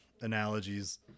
analogies